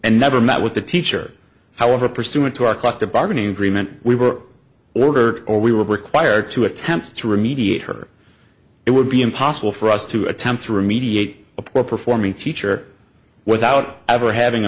and never met with the teacher however pursuant to our collective bargaining agreement we were order or we were required to attempt to remediate her it would be impossible for us to attempt to remediate a poor performing teacher without ever having a